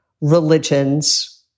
religions